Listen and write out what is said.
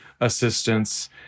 assistance